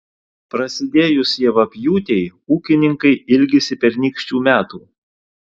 prasidėjus javapjūtei ūkininkai ilgisi pernykščių metų